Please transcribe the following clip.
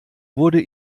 wurde